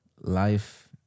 life